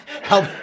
Help